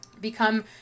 Become